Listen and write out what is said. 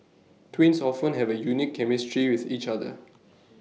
twins often have A unique chemistry with each other